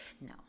No